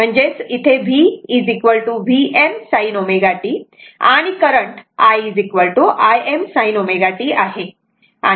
म्हणजे माझे v Vm sin ω t आणि current i Im sin ω t आहे